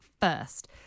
first